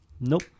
nope